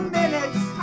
minutes